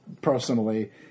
personally